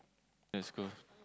let's go